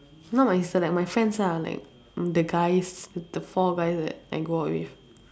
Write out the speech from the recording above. not my sister like my friends lah like the guys the four guys that that I go out with